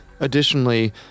Additionally